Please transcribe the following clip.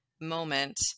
moment